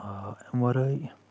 آ امہِ ورٲے